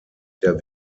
der